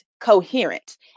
coherent